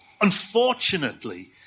Unfortunately